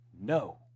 No